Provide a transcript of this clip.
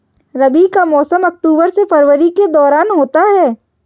रबी का मौसम अक्टूबर से फरवरी के दौरान होता है